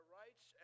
rights